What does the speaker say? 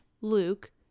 Luke